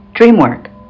Dreamwork